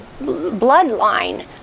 bloodline